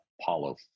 Apollo